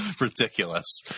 ridiculous